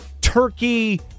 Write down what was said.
turkey